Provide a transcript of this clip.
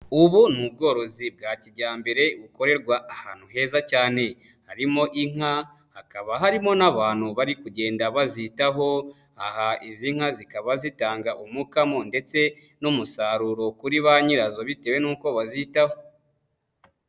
Ubu ni ubworozi bwa kijyambere bukorerwa ahantu heza cyane, harimo inka, hakaba harimo n'abantu bari kugenda bazitaho. Aha izi nka zikaba zitanga umukamo ndetse n'umusaruro kuri ba nyirazo bitewe n'uko bazitaho.